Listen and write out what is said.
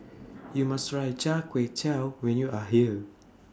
YOU must Try Char Kway Teow when YOU Are here